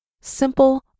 simple